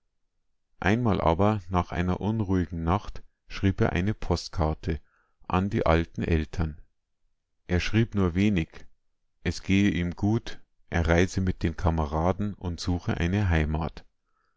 einmal aber nach einer unruhigen nacht schrieb er eine postkarte an die alten eltern er schrieb nur wenig es gehe ihm gut er reise mit den kameraden und suche eine heimat